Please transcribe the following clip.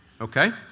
Okay